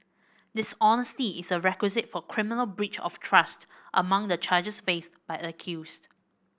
dishonesty is a requisite for criminal breach of trust among the charges faced by accused